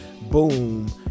boom